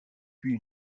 puis